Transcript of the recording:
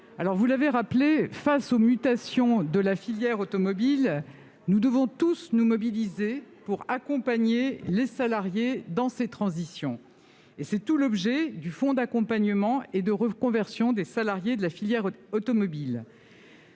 Comme vous l'avez indiqué, face aux mutations de la filière automobile, nous devons tous nous mobiliser pour accompagner les salariés dans ces transitions. C'est tout l'objet du fonds d'accompagnement et de reconversion des salariés de la filière automobile.